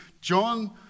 John